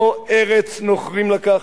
"לא ארץ נוכרים לקחנו".